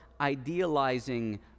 idealizing